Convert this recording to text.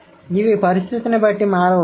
ఇది పరిస్థితిని బట్టి మారవచ్చు